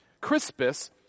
Crispus